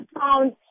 found